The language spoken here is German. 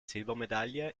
silbermedaille